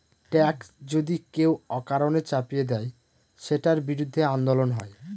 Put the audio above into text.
tax যদি কেউ অকারণে চাপিয়ে দেয়, সেটার বিরুদ্ধে আন্দোলন হয়